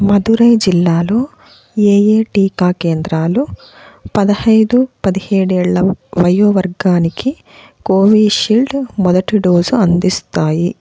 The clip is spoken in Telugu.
మధురై జిల్లాలో ఏయే టీకా కేంద్రాలు పదహైదు పదిహేడేళ్ళ వయో వర్గానికి కోవిషీల్డ్ మొదటి డోసు అందిస్తాయి